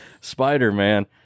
Spider-Man